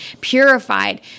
purified